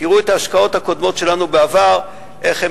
תראו את ההשקעות הקודמות שלנו בעבר ואיך הן